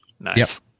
Nice